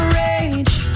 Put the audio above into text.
rage